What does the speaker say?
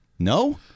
No